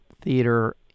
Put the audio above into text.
Theater